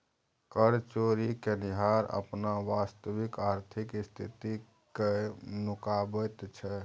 कर चोरि केनिहार अपन वास्तविक आर्थिक स्थिति कए नुकाबैत छै